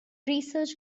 research